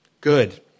good